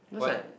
just like